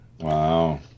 Wow